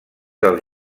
del